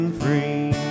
free